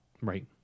Right